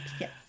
Yes